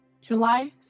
July